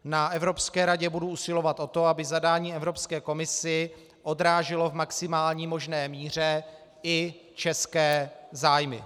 Na Evropské radě budu usilovat o to, aby zadání Evropské komisi odráželo v maximální možné míře i české zájmy.